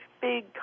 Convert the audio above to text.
big